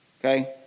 Okay